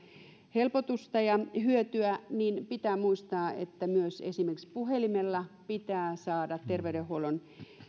helpotusta ja hyötyä niin pitää muistaa että esimerkiksi myös puhelimella pitää saada terveydenhuollon